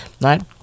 right